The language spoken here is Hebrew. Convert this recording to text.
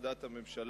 על דעת הממשלה,